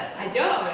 i don't,